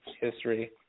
history